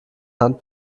hand